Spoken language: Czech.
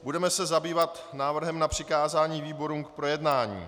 Budeme se zabývat návrhem na přikázání výborům k projednání.